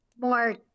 more